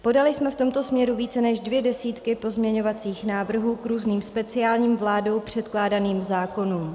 Podali jsme v tomto směru více než dvě desítky pozměňovacích návrhů k různým speciálním vládou předkládaným zákonům.